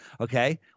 Okay